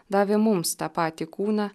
davė mums tą patį kūną